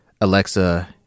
Alexa